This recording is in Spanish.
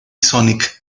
sonic